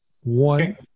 One